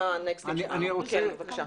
כאשר